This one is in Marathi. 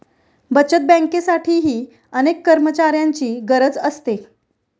बचत बँकेसाठीही अनेक कर्मचाऱ्यांची गरज असते